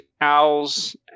Owls